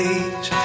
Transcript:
age